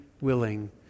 willing